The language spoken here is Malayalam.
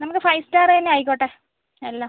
നമുക്ക് ഫൈവ് സ്റ്റാർ തന്നെ ആയിക്കോട്ടെ എല്ലാം